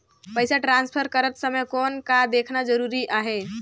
पइसा ट्रांसफर करत समय कौन का देखना ज़रूरी आहे?